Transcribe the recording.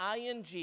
ing